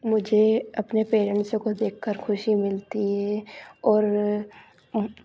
मुझे अपने पैरेंट्सों को देखकर ख़ुशी मिलती है और